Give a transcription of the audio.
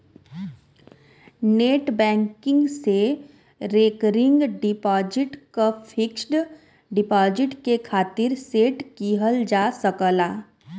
net banking से recurring deposit क fixed deposit के खातिर सेट किहल जा सकला